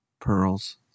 Pearls